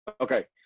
Okay